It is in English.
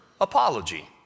apology